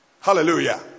Hallelujah